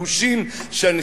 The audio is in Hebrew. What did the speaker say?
שאתה,